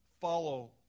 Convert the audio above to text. follow